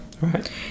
right